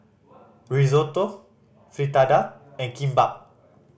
Risotto Fritada and Kimbap